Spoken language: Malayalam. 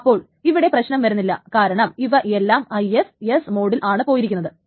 അപ്പോൾ ഇവിടെ പ്രശ്നം വരുന്നില്ല കാരണം ഇവ എല്ലാം IS S മോഡിൽ ആണ് പൊയിരിക്കുന്നത്